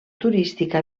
turística